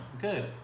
Good